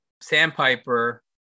Sandpiper